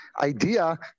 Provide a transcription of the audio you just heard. idea